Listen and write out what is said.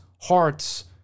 hearts